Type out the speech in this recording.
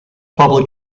public